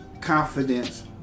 confidence